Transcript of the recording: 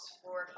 four